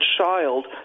child